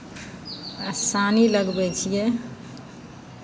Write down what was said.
आ सानी लगबै छियै